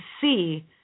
see